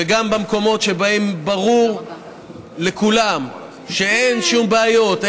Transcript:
וגם במקומות שבהם ברור לכולם שאין שום בעיות,